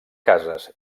cases